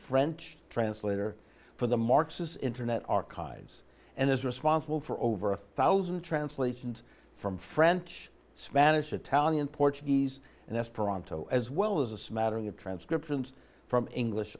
french translator for the marxists internet archives and is responsible for over a thousand translations from french spanish italian portuguese and that's pronto as well as a smattering of transcriptions from english